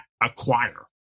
acquire